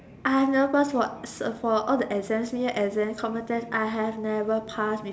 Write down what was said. I have never passed for for all the exams mid year exams common tests I have never passed before